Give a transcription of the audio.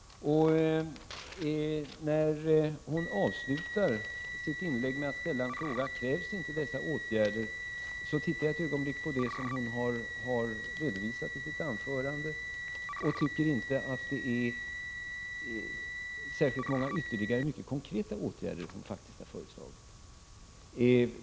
Ann-Cathrine Haglund avslutade sitt inlägg med att ställa frågan: Krävs inte sådana åtgärder? Jag gick då ett ögonblick tillbaka till det som Ann-Cathrine Haglund redovisat i sitt anförande, men jag tycker faktiskt inte att hon föreslagit särskilt många konkreta åtgärder.